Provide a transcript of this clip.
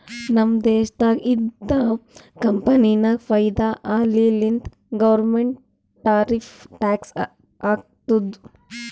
ನಮ್ ದೇಶ್ದಾಗ್ ಇದ್ದಿವ್ ಕಂಪನಿಗ ಫೈದಾ ಆಲಿ ಅಂತ್ ಗೌರ್ಮೆಂಟ್ ಟಾರಿಫ್ ಟ್ಯಾಕ್ಸ್ ಹಾಕ್ತುದ್